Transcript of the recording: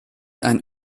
ein